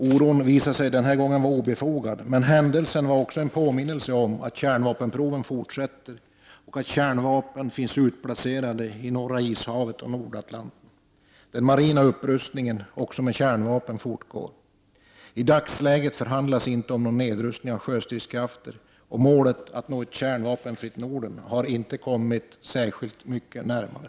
Oron visade sig den här gången obefogad, men händelsen var en påminnelse om att kärnvapenproven fortsätter och att kärnvapen finns utplacerade i Norra Ishavet och Nordatlanten. Den marina upprustningen — också med kärnvapen — fortgår. I dagsläget förhandlas inte om någon nedrustning av sjöstridskrafter, och vi har inte kommit särskilt mycket närmare målet att nå ett kärnvapenfritt Norden.